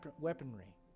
weaponry